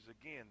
again